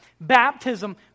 Baptism